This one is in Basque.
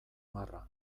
marra